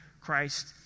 Christ